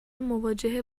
مواجهه